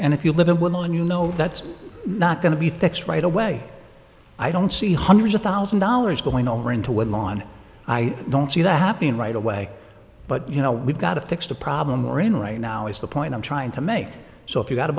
and if you live in willow and you know that's not going to be fixed right away i don't see hundred thousand dollars going over into woodlawn i don't see that happening right away but you know we've got to fix the problem we're in right now is the point i'm trying to make so if you got to